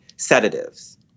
sedatives